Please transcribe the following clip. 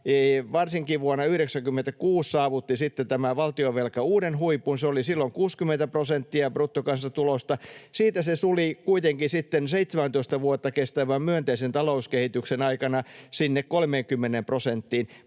varsinkin vuonna 96, valtionvelka saavutti uuden huipun. Se oli silloin 60 prosenttia bruttokansantulosta. Siitä se suli kuitenkin sitten 17 vuotta kestävän myönteisen talouskehityksen aikana sinne 30 prosenttiin.